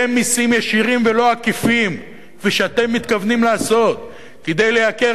במסים ישירים ולא עקיפים כפי שאתם מתכוונים לעשות כדי לייקר,